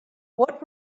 what